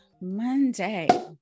Monday